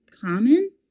common